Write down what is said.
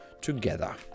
together